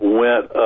went